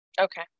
Okay